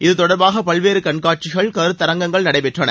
இது தொடர்பாக பல்வேறு கண்காட்சிகள் கருத்தரங்கங்கள நடைடெற்றன